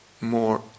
more